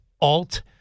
alt